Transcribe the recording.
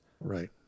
Right